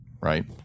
right